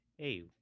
Hey